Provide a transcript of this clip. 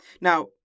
Now